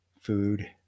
food